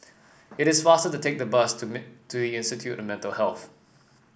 it is faster to take the bus to to Institute of Mental Health